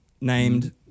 named